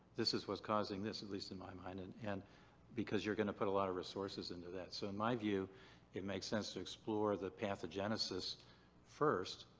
this is what's causing this, at least in my mind and and because you're going to put a lot of resources into that. so in my view it makes sense to explore the pathogenesis pathogenesis first,